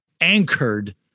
anchored